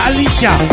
Alicia